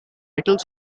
titles